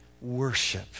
worship